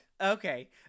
Okay